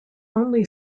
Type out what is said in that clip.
only